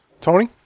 Tony